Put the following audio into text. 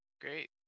Great